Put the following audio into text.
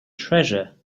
treasure